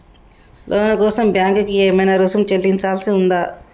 లోను కోసం బ్యాంక్ కి ఏమైనా రుసుము చెల్లించాల్సి ఉందా?